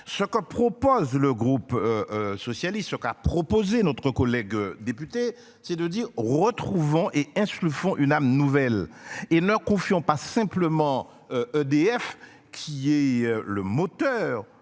Ce que propose le groupe. Socialiste, ce qu'a proposé notre collègue député, c'est de dire, retrouvons et un sur le fond une âme nouvelle et leur confiant pas simplement EDF qui est le moteur.